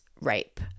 rape